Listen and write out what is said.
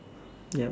yup